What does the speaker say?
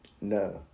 No